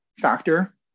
factor